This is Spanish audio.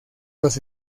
los